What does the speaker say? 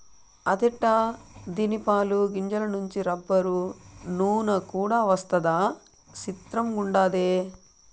అదెట్టా దీని పాలు, గింజల నుంచి రబ్బరు, నూన కూడా వస్తదా సిత్రంగుండాది